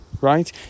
right